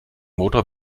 motor